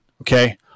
okay